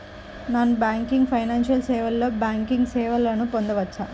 Non banking financial సేవలో banking సేవలను పొందవచ్చా?